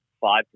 five